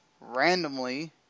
randomly